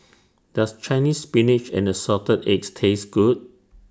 Does Chinese Spinach and Assorted Eggs Taste Good